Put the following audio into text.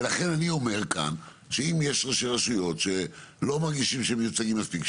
ולכן אני אומר כאן שאם יש ראשי רשויות שלא מרגישים שהם מיוצגים מספיק,